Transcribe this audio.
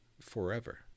forever